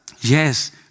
Yes